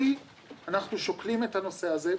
אנחנו שוקלים את הנושא הזה,